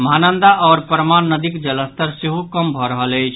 महानंदा आओर परमान नदीक जलस्तर सेहो कम भऽ रहल अछि